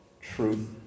Truth